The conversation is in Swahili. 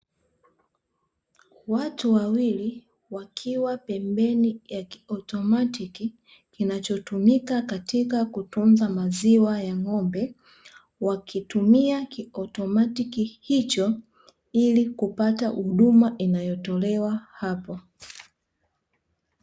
Watu wawili wakiwa pembeni ya kiautomatiki kinachotumika katika kutunza maziwa ya ng'ombe, wakitumia kiautomatiki hicho ili kupata huduma inayotolewa hapo.